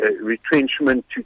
retrenchment